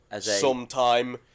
sometime